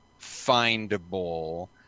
findable